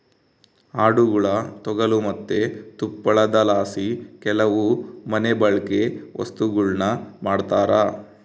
ಆಡುಗುಳ ತೊಗಲು ಮತ್ತೆ ತುಪ್ಪಳದಲಾಸಿ ಕೆಲವು ಮನೆಬಳ್ಕೆ ವಸ್ತುಗುಳ್ನ ಮಾಡ್ತರ